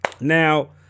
Now